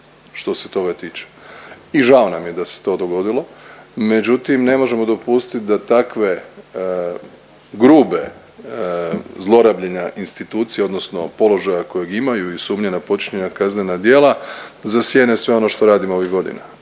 što se toga tiče i žao nam je da se to dogodilo. Međutim, ne možemo dopustit da takve grube zlorabljenja institucija odnosno položaja kojeg imaju i sumnje na počinjena kaznena djela zasjene sve ono što radimo ovih godina,